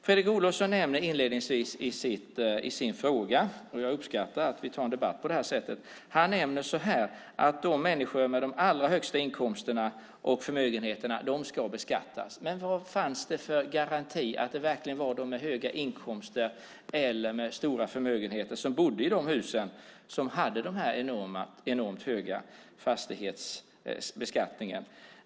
Fredrik Olovsson nämner inledningsvis i sin replik - jag uppskattar att vi tar en debatt på det här sättet - att människorna med de allra högsta inkomsterna och förmögenheterna ska beskattas. Men vad fanns det för garanti för att det verkligen var de med höga inkomster eller stora förmögenheter som bodde i de hus som hade den här enormt höga fastighetsbeskattningen?